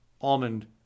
almond